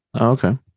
Okay